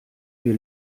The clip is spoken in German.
wir